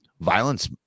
violence